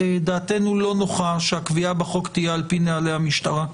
דעתנו לא נוחה שהקביעה בחוק תהיה על פי נהלי המשטרה.